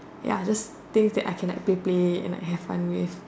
ya just things that I can like play play and have fun with